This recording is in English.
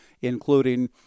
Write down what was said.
including